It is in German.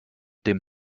dem